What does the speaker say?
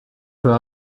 peut